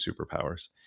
superpowers